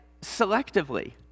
selectively